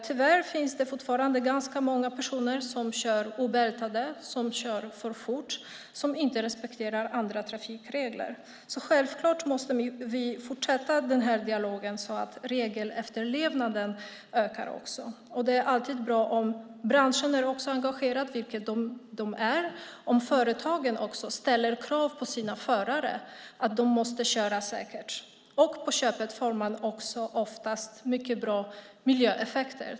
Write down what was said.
Tyvärr finns det fortfarande ganska många som kör obältade, som kör för fort och som inte respekterar andra trafikregler. Självklart måste vi fortsätta dialogen så att regelefterlevnaden ökar. Det är alltid bra om branschen också är engagerad, vilket den är, och om företagen ställer krav på förarna att köra säkert. På köpet får man ofta också bra miljöeffekter.